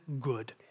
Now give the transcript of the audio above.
good